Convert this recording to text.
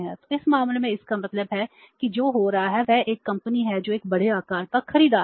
तो इस मामले में इसका मतलब है कि जो हो रहा है वह एक कंपनी है जो एक बड़े आकार का खरीदार है